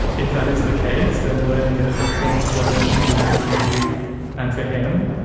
if that is the case, then learning it at this point is rather inconvenient for you and for him.